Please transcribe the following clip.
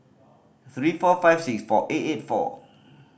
three four five six four eight eight four